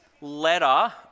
letter